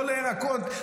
לא לירקות,